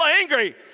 angry